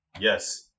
yes